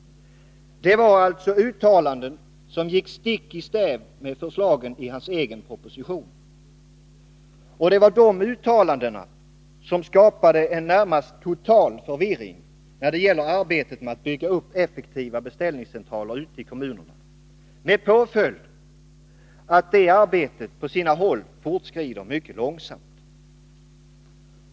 Det var alltså uttalanden som gick stick i stäv med förslagen i hans egen proposition. Det var dessa uttalanden som skapade en närmast total förvirring när det gäller arbetet med att bygga upp effektiva beställningscentraler ute i kommunerna, med påföljd att detta arbete på sina håll fortskrider mycket långsamt.